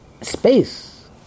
space